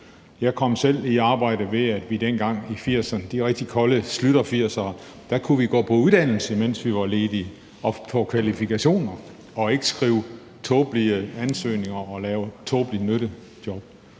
Jeg kom selv i arbejde, ved at vi dengang i 1980'erne – de rigtig kolde Schlüter-80'ere – kunne gå på uddannelse, mens vi var ledige, og få kvalifikationer og ikke behøvede at skrive tåbelige ansøgninger og lave tåbelige nyttejob.